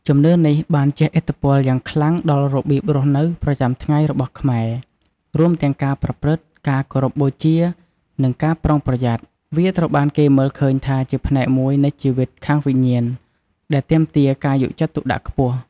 ជំនឿនេះបានជះឥទ្ធិពលយ៉ាងខ្លាំងដល់របៀបរស់នៅប្រចាំថ្ងៃរបស់ខ្មែរ រួមទាំងការប្រព្រឹត្ត ការគោរពបូជា និងការប្រុងប្រយ័ត្ន។ វាត្រូវបានគេមើលឃើញថាជាផ្នែកមួយនៃជីវិតខាងវិញ្ញាណ ដែលទាមទារការយកចិត្តទុកដាក់ខ្ពស់។